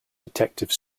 detective